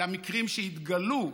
במקרים של פגיעות שיתגלו,